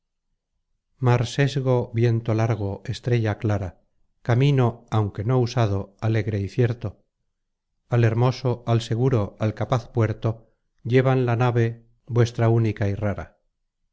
sesgo viento largo estrella clara camino aunque no usado alegre y cierto al hermoso al seguro al capaz puerto llevan la nave vuestra única y rara